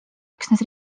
üksnes